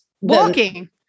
walking